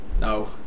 No